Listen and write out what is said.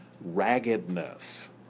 raggedness